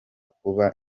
kuba